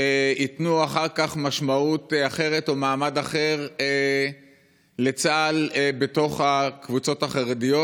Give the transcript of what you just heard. תיתן אחר כך משמעות אחרת או מעמד אחר לצה"ל בתוך הקבוצות החרדיות.